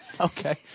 Okay